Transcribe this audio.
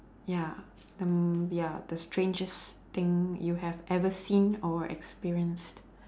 ya the m~ ya the strangest thing you have ever seen or experienced